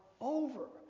over